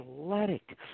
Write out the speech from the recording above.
athletic